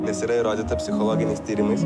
nes yra įrodyta psichologiniais tyrimais